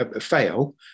fail